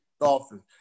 Dolphins